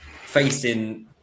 facing